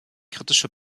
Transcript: kritische